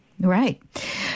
Right